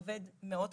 עובד מאוד קשה,